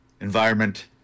environment